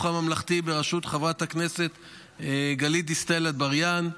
הממלכתי בראשות חברת הכנסת גלית דיסטל אטבריאן,